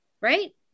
Right